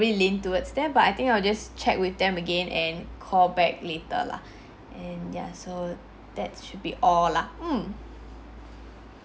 ~bly lean towards there but I think I'll just check with them again and call back later lah and ya so that should be all lah mm